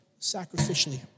sacrificially